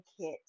Kit